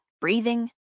breathing